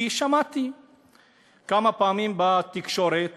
כי שמעתי כמה פעמים בתקשורת